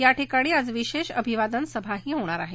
या ठिकाणी आज विशेष अभिवादन सभाही होणार आहे